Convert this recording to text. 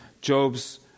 Job's